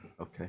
Okay